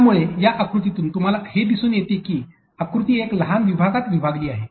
त्यामुळे या आकृतीतून तुम्हाला हे दिसून येते की आकृती एका लहान विभागात विभागली आहे